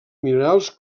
minerals